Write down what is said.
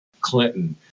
Clinton